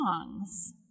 songs